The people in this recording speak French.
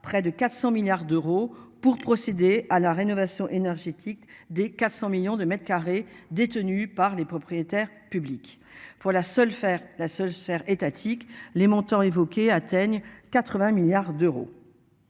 Près de 400 milliards d'euros pour procéder à la rénovation énergétique des 400 millions de mètres carrés détenue par les propriétaires publics pour la seule faire la seule sphère étatique les montants évoqués atteignent 80 milliards d'euros.